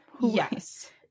yes